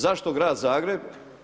Zašto grad Zagreb?